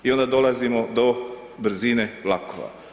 I onda dolazimo do brzine vlakova.